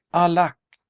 alack!